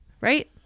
right